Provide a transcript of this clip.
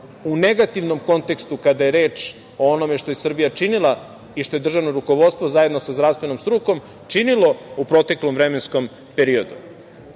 u negativnom kontekstu kada je reč o onome što je Srbija činila i što je državno rukovodstvo, zajedno sa zdravstvenom strukom, činilo u proteklom vremenskom periodu.